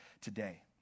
today